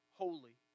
holy